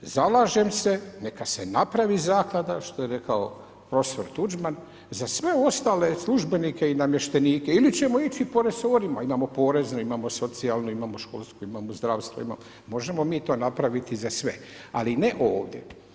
Zalažem se neka se napravi zaklada što je rekao prof. Tuđman za sve ostale službenike i namještenike ili ćemo ići po resorima, imamo porezne, im socijalne, imamo školsku, imamo zdravstveno, možemo mi to napraviti za sve, ali ne ovdje.